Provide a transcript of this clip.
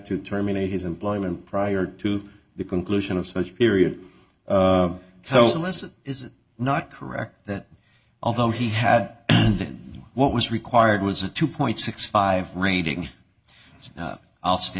to terminate his employment prior to the conclusion of such period so unless it is not correct that although he had what was required was a two point six five rating so i'll stay